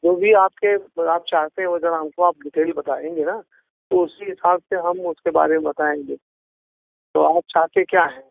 जो भी आपके आप चाहते हो ज़रा हमको आप डिटेल बताएँगे ना तो उसी हिसाब से हम उसके बारे में बताएँगे तो आप चाहते क्या हैं